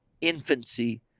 infancy